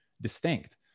distinct